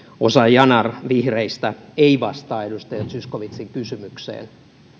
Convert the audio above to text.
ozan yanar vihreistä ei vastaa edustaja zyskowiczin kysymykseen